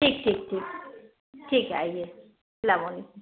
ٹھیک ٹھیک ٹھیک ٹھیک ہے آئیے اللہ ب نہیں